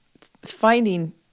finding